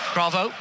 Bravo